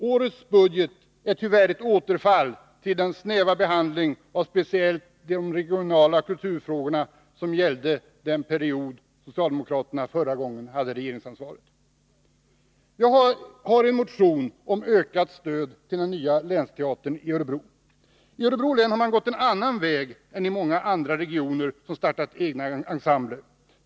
Årets budget är tyvärr ett återfall till den snäva behandling av speciellt de regionala kulturfrågorna som kännetecknade den förra perioden av socialdemokratiskt regeringsansvar. Jag har en motion om ökat stöd till den nya länsteatern i Örebro. I Örebro län har man gått en annan väg än i många andra regioner som har startat egna ensembler.